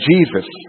Jesus